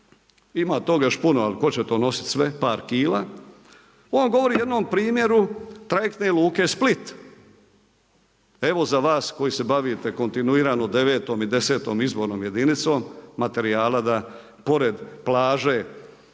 Ima tog još puno, ali tko će to nosit sve, par kila. On govori o jednom primjeru trajektne luke Split. Evo za vas koji se bavite kontinuirano devetom i desetom izbornom jedinicom, materijala da pored plaže